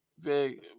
big